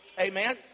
Amen